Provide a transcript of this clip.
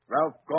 Ralph